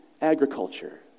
agriculture